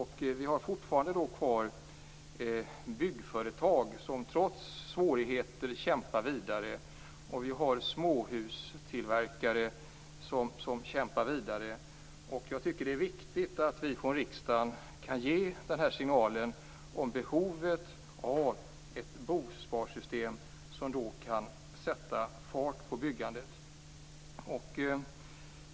Det finns fortfarande byggföretag som trots svårigheter kämpar vidare, och det finns småhustillverkare som också kämpar. Det är viktigt att vi från riksdagen kan ge en signal om behovet av ett bosparsystem som kan sätta fart på byggandet.